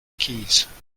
keys